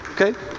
Okay